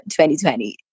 2020